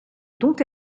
dont